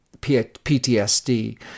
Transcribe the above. PTSD